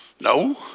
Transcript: No